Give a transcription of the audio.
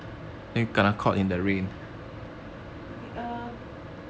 okay err